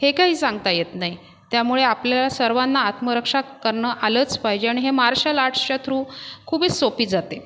हे काही सांगता येत नाही त्यामुळे आपल्या सर्वांना आत्मरक्षा करणं आलंच पाहिजे आणि हे मार्शल आर्टस् च्या थ्रू खूपीच सोपी जाते